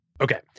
Okay